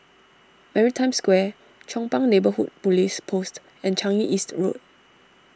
Maritime Square Chong Pang Neighbourhood Police Post and Changi East Road